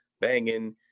banging